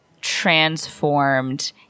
transformed